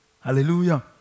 Hallelujah